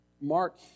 Mark